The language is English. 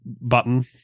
button